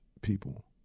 people